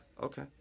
okay